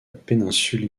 péninsule